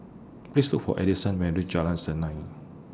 Please Look For Addison when YOU REACH Jalan Senang